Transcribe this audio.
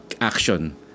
action